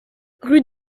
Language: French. rue